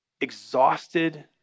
exhausted